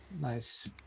Nice